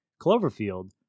cloverfield